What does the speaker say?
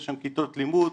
יש שם כיתות לימוד,